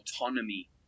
autonomy